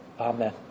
Amen